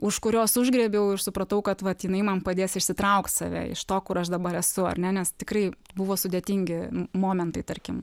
už kurios užgriebiau ir supratau kad vat jinai man padės išsitraukt save iš to kur aš dabar esu ar ne nes tikrai buvo sudėtingi m momentai tarkim